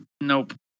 Nope